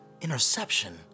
Interception